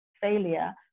failure